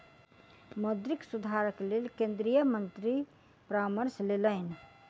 मौद्रिक सुधारक लेल केंद्रीय मंत्री परामर्श लेलैन